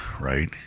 right